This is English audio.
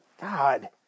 God